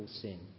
sin